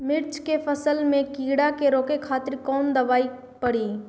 मिर्च के फसल में कीड़ा के रोके खातिर कौन दवाई पड़ी?